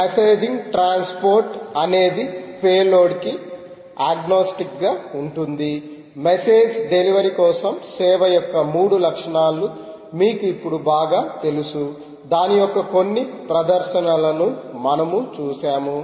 messaging transport అనిది payload కి agnostic గా ఉంటుంది మెసేజ్ డెలివరీ కోసం సేవ యొక్క 3 లక్షణాలు మీకు ఇప్పుడు బాగా తెలుసు దాని యొక్క కొన్ని ప్రదర్శనలను మనము చూశాము